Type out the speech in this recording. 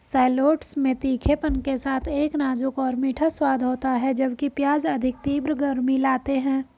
shallots में तीखेपन के साथ एक नाजुक और मीठा स्वाद होता है, जबकि प्याज अधिक तीव्र गर्मी लाते हैं